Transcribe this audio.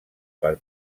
per